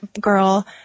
girl